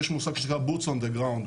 יש מושג שנקרא Boots on the ground.